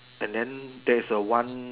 and then there's a one